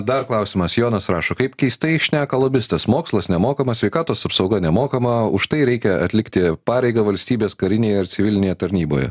dar klausimas jonas rašo kaip keistai šneka lobistas mokslas nemokamas sveikatos apsauga nemokama už tai reikia atlikti pareigą valstybės karinėje ar civilinėje tarnyboje